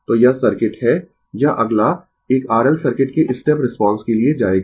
तो यह सर्किट है यह अगला एक R L सर्किट के स्टेप रिस्पांस के लिए जाएगा